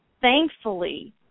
thankfully